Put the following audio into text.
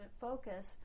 focus